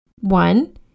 One